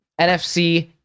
NFC